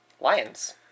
Lions